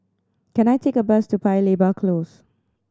can I take a bus to Paya Lebar Close